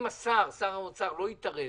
אם שר האוצר לא יתערב,